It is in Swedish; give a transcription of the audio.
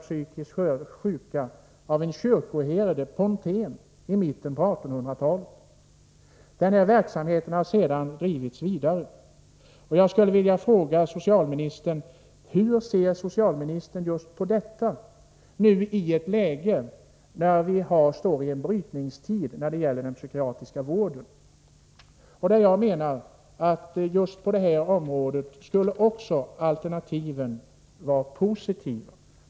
psykiskt sjuka av en kyrkoherde, Pontén, i mitten av 1800-talet. Verksamheten har sedan drivits vidare. Jag skulle vilja fråga socialministern: Hur ser socialministern på just detta i denna brytningstid när det gäller den psykiatriska vården? Jag menar att alternativen skulle vara positiva på just detta område.